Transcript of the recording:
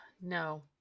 no